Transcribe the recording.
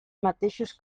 mateixos